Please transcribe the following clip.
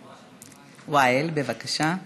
בבקשה.